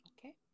okay